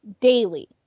daily